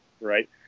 right